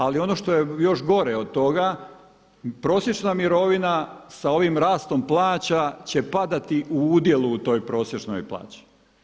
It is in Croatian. Ali ono što je još gore od toga, prosječna mirovina sa ovim rastom plaća će padati u udjelu u joj prosječnoj plaći.